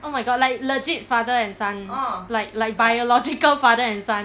oh my god like legit father and son like like biological father and son